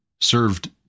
served